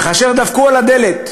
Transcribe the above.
וכאשר דפקו על הדלת